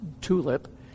tulip